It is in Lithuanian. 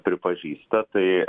pripažįsta tai